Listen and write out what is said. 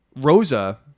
Rosa